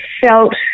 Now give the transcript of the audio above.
felt